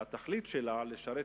שהתכלית שלה לשרת,